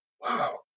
wow